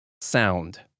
sound